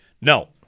no